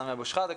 סמי אבו שחאדה,